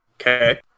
Okay